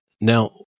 Now